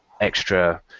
extra